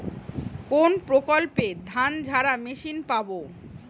কোনপ্রকল্পে ধানঝাড়া মেশিন পাব?